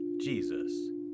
Jesus